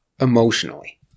emotionally